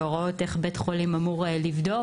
והוראות איך בית חולים אמור לבדוק.